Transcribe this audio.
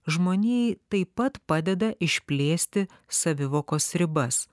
žmonijai taip pat padeda išplėsti savivokos ribas